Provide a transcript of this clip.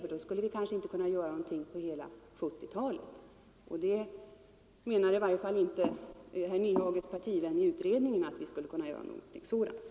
I så fall skulle vi kanske inte kunna åstadkomma någonting under hela 1970-talet. I varje fall menar inte herr Nyhages partivän i utredningen att vi skulle kunna dröja så länge.